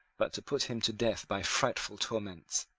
but to put him to death by frightful torments.